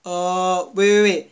err wait wait wait